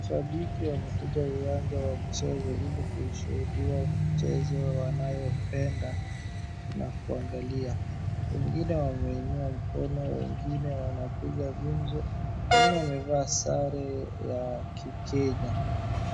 Shabiki wamekuja uwanja wa mchezo ili kushuhudiwa mchezo wanayopenda na kuangalia. Wengine wameinua mkono, wengine wanapiga ngumzo, wengine wamevaa sare ya ki Kenya.